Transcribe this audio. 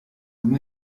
non